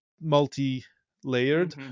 multi-layered